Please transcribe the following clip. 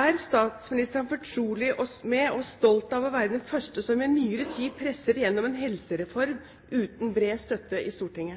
Er statsministeren fortrolig med og stolt av å være den første som i nyere tid presser igjennom en helsereform uten bred støtte i